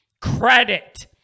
Credit